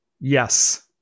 Yes